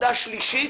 השלישית: